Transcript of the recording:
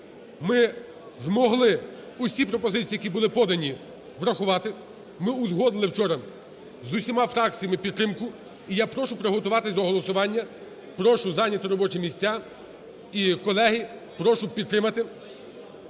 Ми змогли усі пропозиції, які були подані, врахувати. Ми узгодили вчора з усіма фракціями підтримку. І я прошу приготуватись до голосування, прошу зайняти робочі місця. І, колеги, прошу підтримати.